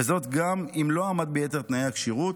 וזאת גם אם לא עמד ביתר תנאי הכשירות.